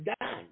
done